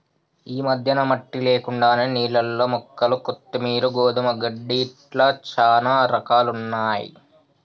ఈ మధ్యన మట్టి లేకుండానే నీళ్లల్ల మొక్కలు కొత్తిమీరు, గోధుమ గడ్డి ఇట్లా చానా రకాలున్నయ్యి